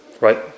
right